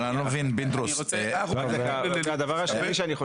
הדבר השני.